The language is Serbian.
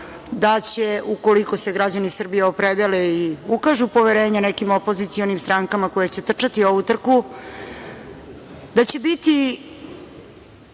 da će ukoliko se građani Srbije opredele i ukažu poverenje nekim opozicionim strankama koje će trčati ovu trku, da će biti